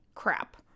crap